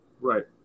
Right